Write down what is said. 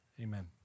Amen